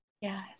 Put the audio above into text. Yes